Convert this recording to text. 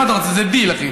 מה אתה רוצה, זה דיל, אחי.